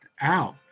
out